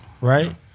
right